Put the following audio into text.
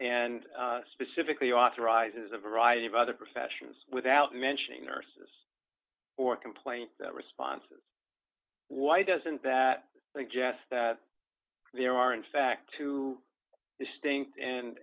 and specifically authorizes a variety of other professions without mentioning nurses or complaint responses why doesn't that suggest that there are in fact two distinct and